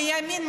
מימין,